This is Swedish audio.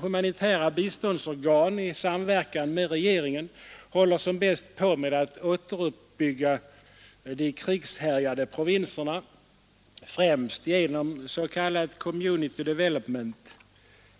Humanitära biståndsorgan i samverkan med regeringen håller som bäst på med att återuppbygga de krigshärjade provinserna, främst genom s.k. Community Development,